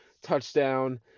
touchdown